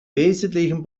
wesentlichen